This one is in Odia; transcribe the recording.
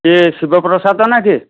କିଏ ଶିବପ୍ରସାଦ ନା କିଏ